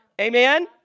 amen